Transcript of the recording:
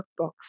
workbooks